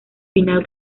final